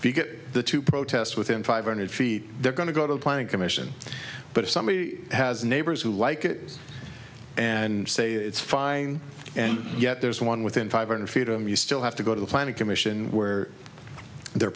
if you get the two protest within five hundred feet they're going to go to a planning commission but if somebody has neighbors who like it and say it's fine and yet there's one within five hundred feet i'm you still have to go to the planning commission where they're pre